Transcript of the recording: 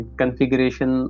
configuration